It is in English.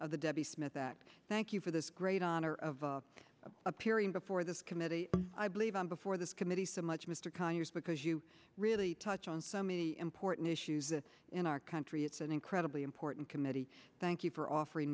debbie smith that thank you for this great honor of appearing before this committee i believe on before this committee so much mr conyers because you really touch on so many important issues in our country it's an incredibly important committee thank you for offering